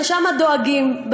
שם דואגים.